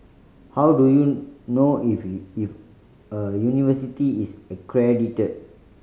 how do you know if if a university is accredited